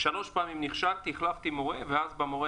התלמידים מרוצים, המורים